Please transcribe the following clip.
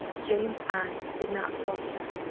jane's eyes did not falter.